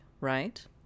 right